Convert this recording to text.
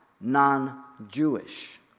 non-Jewish